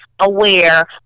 aware